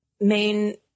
main